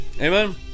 Amen